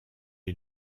est